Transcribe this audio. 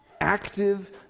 active